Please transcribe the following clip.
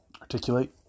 articulate